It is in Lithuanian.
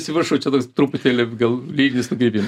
atsiprašau čia toks truputėlį gal lyrinis nukrypimas